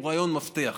הוא רעיון מפתח,